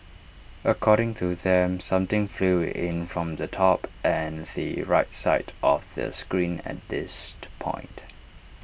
according to them something flew in from the top and the right side of the screen at this point